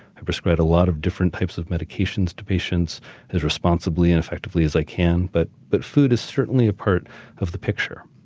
i prescribe a lot of different types of medications to patients as responsibly and effectively as i can, but but food is certainly a part of the picture